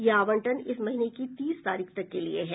यह आवंटन इस महीने की तीस तारीख तक के लिए है